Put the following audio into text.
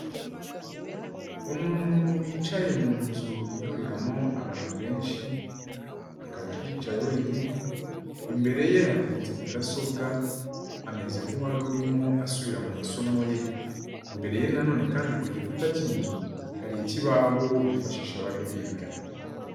Umuntu wicaye mu nzu ihuriramo abantu benshi, akaba ahicaye wenyine, imbere ye hateretse mudasobwa, ameze nk'uwari urimo asubira mu masomo ye, imbere ye nanone kandi ku gikuta cy'inzu hari ikibaho bifashisha bari kwiga.